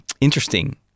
interesting